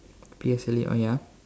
P S L E oh ya